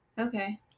Okay